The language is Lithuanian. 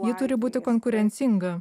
ji turi būti konkurencinga